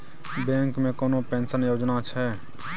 Bank मे कोनो pension योजना छै?